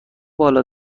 بالا